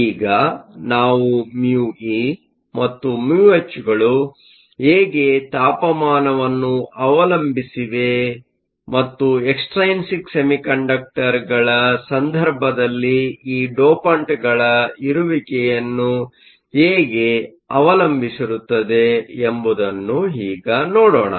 ಈಗ ನಾವು ಮ್ಯೂಇμe ಮತ್ತು ಮ್ಯೂಹೆಚ್μhಗಳು ಹೇಗೆ ತಾಪಮಾನವನ್ನು ಅವಲಂಬಿಸಿವೆ ಮತ್ತು ಎಕ್ಸ್ಟ್ರೈನ್ಸಿಕ್ ಸೆಮಿಕಂಡಕ್ಟರ್ಗಳ ಸಂದರ್ಭದಲ್ಲಿ ಈ ಡೋಪಂಟ್ಗಳ ಇರುವಿಕೆಯನ್ನು ಹೇಗೆ ಅವಲಂಬಿಸಿರುತ್ತದೆ ಎಂಬುದನ್ನು ಈಗ ನೋಡೋಣ